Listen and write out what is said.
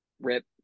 Rip